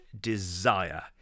desire